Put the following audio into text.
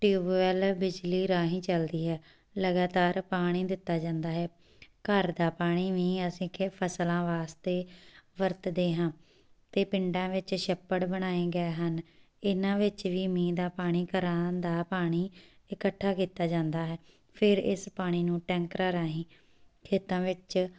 tubewell ਬਿਜਲੀ ਰਾਹੀਂ ਚੱਲਦੀ ਹੈ ਲਗਾਤਾਰ ਪਾਣੀ ਦਿੱਤਾ ਜਾਂਦਾ ਹੈ ਘਰ ਦਾ ਪਾਣੀ ਵੀ ਅਸੀਂ ਖੇ ਫਸਲਾਂ ਵਾਸਤੇ ਵਰਤਦੇ ਹਾਂ ਅਤੇ ਪਿੰਡਾਂ ਵਿੱਚ ਛੱਪੜ ਬਣਾਏ ਗਏ ਹਨ ਇਹਨਾਂ ਵਿੱਚ ਵੀ ਮੀਂਹ ਦਾ ਪਾਣੀ ਘਰਾਂ ਦਾ ਪਾਣੀ ਇਕੱਠਾ ਕੀਤਾ ਜਾਂਦਾ ਹੈ ਫਿਰ ਇਸ ਪਾਣੀ ਨੂੰ ਟੈਂਕਰਾਂ ਰਾਹੀਂ ਖੇਤਾਂ ਵਿੱਚ